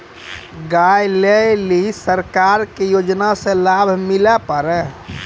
गाय ले ली सरकार के योजना से लाभ मिला पर?